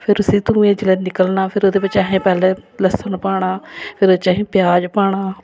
फिर उसी धुऐं च निकलना फिर ओहदे बिच्च अहें पैह्लें लस्सन पाना फिर ओह्दे च अहें प्याज पाना